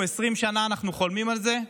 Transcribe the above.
20 שנה אנחנו חולמים על זה,